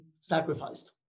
sacrificed